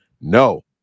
No